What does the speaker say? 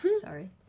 Sorry